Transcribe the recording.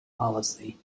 policy